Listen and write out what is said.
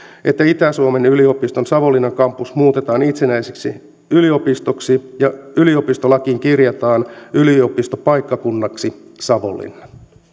että itä suomen yliopiston savonlinnan kampus muutetaan itsenäiseksi yliopistoksi ja yliopistolakiin kirjataan yliopistopaikkakunnaksi savonlinna